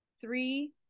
Three